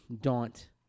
daunt